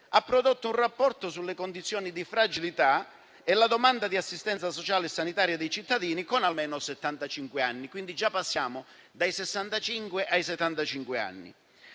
hanno prodotto un rapporto sulle condizioni di fragilità e la domanda di assistenza sociale e sanitaria dei cittadini con almeno settantacinque anni. Quindi già passiamo dai sessantacinque